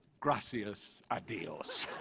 gracias a dios!